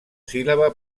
síl·laba